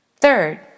Third